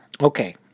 Okay